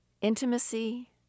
Intimacy